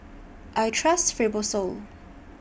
I Trust Fibrosol